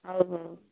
ହଉ ହଉ